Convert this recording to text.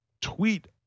tweet